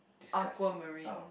Aquamarine